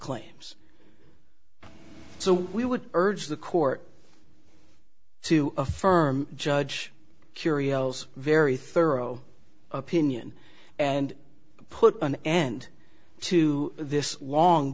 claims so we would urge the court to affirm judge curios very thorough opinion and put an end to this long